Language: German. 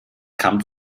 kam